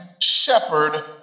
shepherd